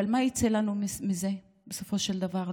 אבל מה יצא לנו מזה, בסופו של דבר?